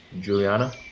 Juliana